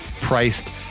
priced